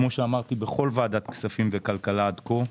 כמו שאמרתי בכל ועדת כספים וכלכלה עד כה,